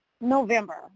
November